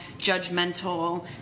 judgmental